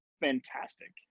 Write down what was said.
fantastic